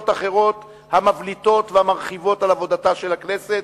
אחרות המבליטות והמרחיבות על עבודתה של הכנסת.